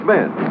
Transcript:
Men